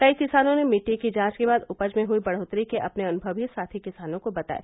कई किसानों ने मिट्टी की जांच के बाद उपज में हुई बढ़ोत्तरी के अपने अनुमव भी साथी किसानों को बताये